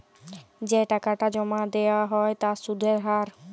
যে টাকাটা জমা দেয়া হ্য় তার সুধের হার